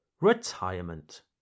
Retirement